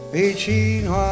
vicino